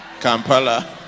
Kampala